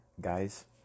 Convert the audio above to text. Guys